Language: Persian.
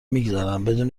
میگذرن، بدون